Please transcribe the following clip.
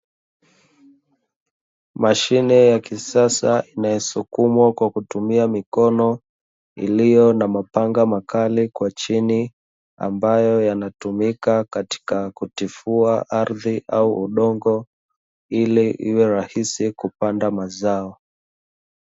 Mashine ya kisasa inayosukumwa kwa kutumia mikono, iliyo na mapanga makali kwa chini, ambayo yanatumika katika kutifua ardhi au udongo ili iwe rahisi kupanda mazao.